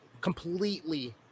completely